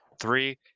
three